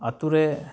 ᱟᱛᱳᱨᱮ